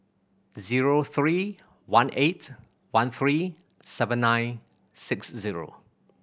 zero three one eight one three seven nine six zero